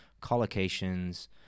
collocations